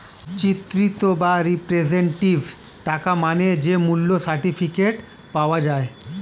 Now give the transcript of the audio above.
চিত্রিত বা রিপ্রেজেন্টেটিভ টাকা মানে যে মূল্য সার্টিফিকেট পাওয়া যায়